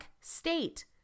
state